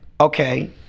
Okay